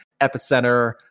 Epicenter